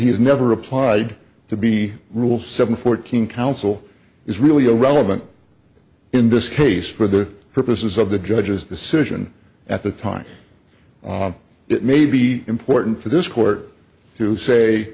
has never applied to be rule seven fourteen counsel is really a relevant in this case for the purposes of the judge's decision at the time it may be important for this court to say